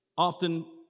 often